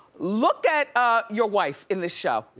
look at ah your wife in the show.